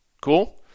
cool